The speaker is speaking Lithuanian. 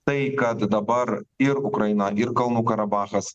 tai kad dabar ir ukraina ir kalnų karabachas